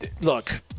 Look